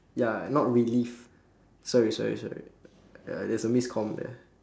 ya not relief sorry sorry sorry ya there's a miscomm there